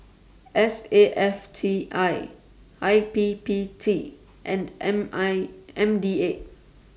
S A F T I I P P T and M I M D A